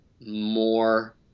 more